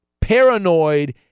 paranoid